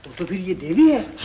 completed your duty yeah